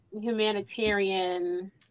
humanitarian